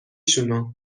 شونو